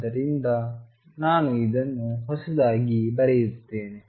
ಆದ್ದರಿಂದ ನಾನು ಇದನ್ನು ಹೊಸದಾಗಿ ಬರೆಯುತ್ತೇನೆ